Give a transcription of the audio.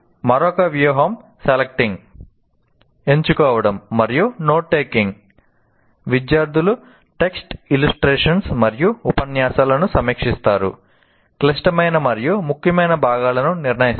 మరొక వ్యూహం సెలెక్టింగ్ మరియు ఉపన్యాసాలను సమీక్షిస్తారు క్లిష్టమైన మరియు ముఖ్యమైన భాగాలను నిర్ణయిస్తారు